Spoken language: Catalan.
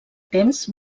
temps